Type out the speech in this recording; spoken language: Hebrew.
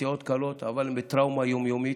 פציעות קלות, אבל הם בטראומה יום-יומית.